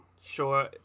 Sure